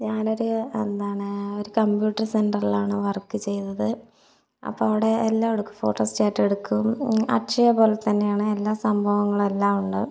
ഞാനൊരു എന്താണ് ഒരു കംപ്യൂട്ടർ സെൻ്ററിലാണ് വർക്ക് ചെയ്തത് അപ്പം അവിടെ എല്ലമ്മ് എടുക്കും ഫോട്ടോസ്റ്റാറ്റ് എടുക്കും അക്ഷയ പോലെ തന്നെയാണ് എല്ലാ സംഭവങ്ങളെല്ലാം ഉണ്ട്